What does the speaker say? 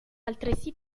altresì